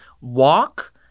walk